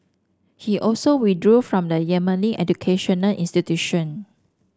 he also withdrew from the Yemeni educational institution